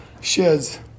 sheds